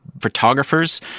photographers